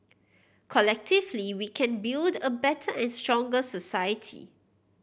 collectively we can build a better and stronger society